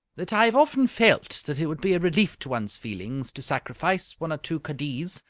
that i have often felt that it would be a relief to one's feelings to sacrifice one or two kaddiz,